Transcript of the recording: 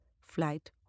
flight